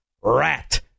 rat